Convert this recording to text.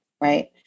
right